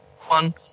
one